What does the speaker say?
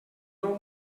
nou